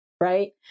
right